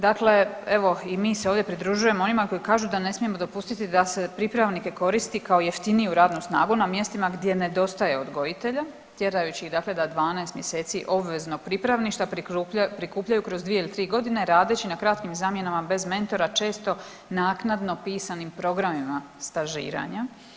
Dakle, evo i mi se ovdje pridružujemo onima koji kažu da ne smijemo dopustiti da se pripravnike koristi kao jeftiniju radnu snagu na mjestima gdje nedostaje odgojitelja tjerajući ih dakle da 12 mjeseci obveznog pripravništva prikupljaju kroz dvije ili tri godine radeći na kratkim zamjenama bez mentora često naknadno pisanim programima stažiranja.